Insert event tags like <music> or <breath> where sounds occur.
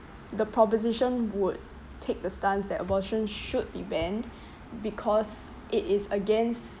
the proposition would take the stance that abortion should be banned <breath> because it is against